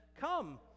Come